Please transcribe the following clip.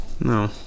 No